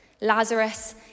Lazarus